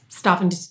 Stopping